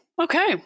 okay